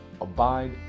abide